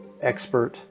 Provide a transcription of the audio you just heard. expert